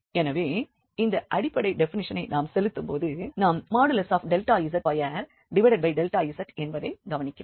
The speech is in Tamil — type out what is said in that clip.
எனவே இந்த அடிப்படை டெபினிஷனை நாம் செலுத்தும்போது நாம் z2z என்பதை கவனிக்கிறோம்